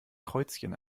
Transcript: kreuzchen